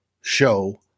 show